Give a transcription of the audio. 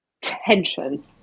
tension